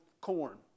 corn